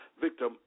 victim